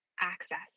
access